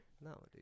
No